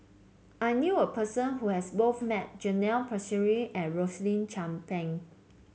I knew a person who has both met Janil Puthucheary and Rosaline Chan Pang